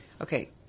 Okay